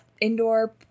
indoor